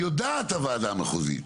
יודעת הוועדה המחוזית,